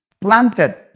planted